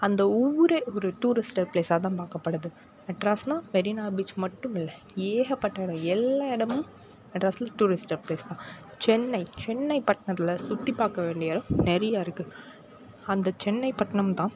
அந்த ஊரே ஒரு டூரிஸ்ட்டர் ப்ளேசாக தான் பார்க்கப்படுது மெட்ராஸ்ன்னால் மெரினா பீச் மட்டும் இல்லை ஏகப்பட்ட எல்லா இடமும் மெட்ராஸ்சில் டூரிஸ்ட்டர் பிளேஸ் தான் சென்னை சென்னை பட்டணத்துல சுற்றி பார்க்க வேண்டிய இடம் நிறையா இருக்குது அந்த சென்னை பட்டணம் தான்